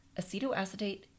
acetoacetate